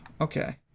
Okay